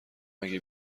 اگه